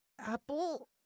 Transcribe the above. apple